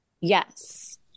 Yes